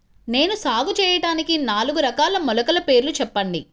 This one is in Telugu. నేను సాగు చేయటానికి నాలుగు రకాల మొలకల పేర్లు చెప్పండి?